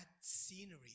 scenery